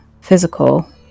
physical